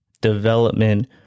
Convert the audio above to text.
development